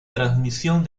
transmisión